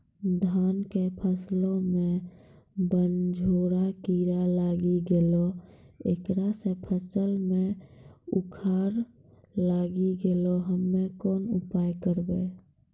धान के फसलो मे बनझोरा कीड़ा लागी गैलै ऐकरा से फसल मे उखरा लागी गैलै हम्मे कोन उपाय करबै?